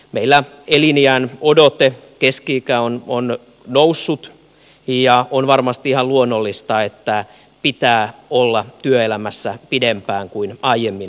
meillä eliniänodote on noussut ja on varmasti ihan luonnollista että pitää olla työelämässä pidempään kuin aiemmin on oltu